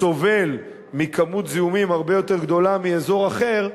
סובל מכמות זיהומים הרבה יותר גדולה מאזור אחר,